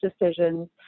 decisions